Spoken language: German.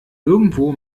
irgendwo